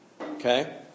Okay